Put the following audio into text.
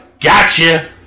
Gotcha